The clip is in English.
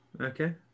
Okay